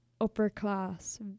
upper-class